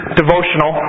devotional